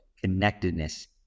connectedness